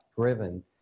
driven